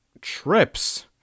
trips